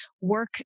work